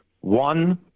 one